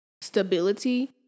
stability